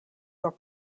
door